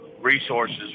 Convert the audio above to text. resources